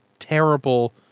terrible